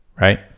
right